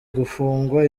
gufungwa